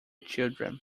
children